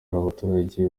abaturage